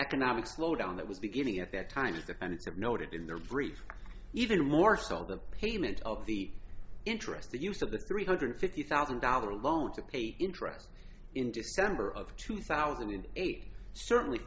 economic slowdown that was beginning at that time with the kind of noted in their brief even more saw the payment of the interest the use of the three hundred fifty thousand dollar loan to pay interest in december of two thousand and eight certainly